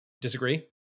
disagree